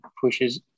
pushes